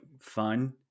fun